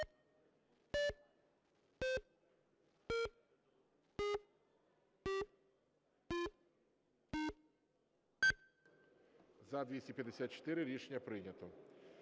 За-252 Рішення прийнято.